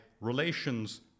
relations